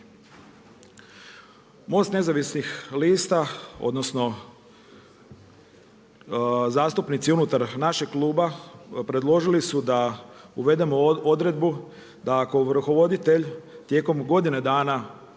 Most nezavisnih lista odnosno zastupnici unutar našeg kluba predložili su da uvedemo odredbu da ako ovrhovoditelj tijekom godine dana